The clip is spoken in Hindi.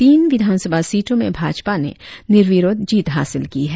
तीन विधान सभा सीटो में भाजपा ने निर्विरोध जीत हासिल की है